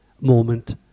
moment